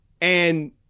and-